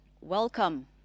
Welcome